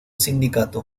sindicato